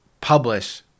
publish